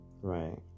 Right